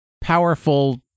powerful